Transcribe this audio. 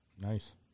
Nice